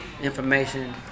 information